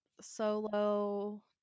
solo